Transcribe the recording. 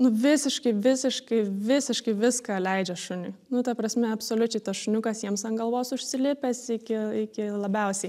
nu visiškai visiškai visiškai viską leidžia šuniui nu ta prasme absoliučiai tas šuniukas jiems ant galvos užsilipęs iki iki labiausiai